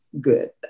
good